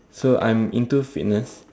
so I'm into fitness